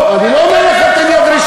לא, אני לא אומר לך: תן יד ראשון.